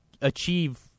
achieve